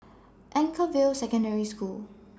Anchorvale Secondary School